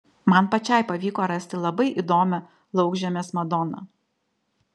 man pačiai pavyko rasti labai įdomią laukžemės madoną